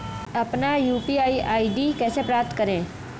अपना UPI ID कैसे प्राप्त करें?